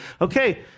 okay